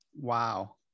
Wow